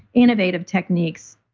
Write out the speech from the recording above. innovative techniques.